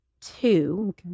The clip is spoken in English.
two